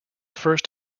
first